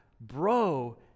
bro